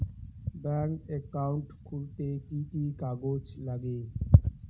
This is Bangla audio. ব্যাঙ্ক একাউন্ট খুলতে কি কি কাগজ লাগে?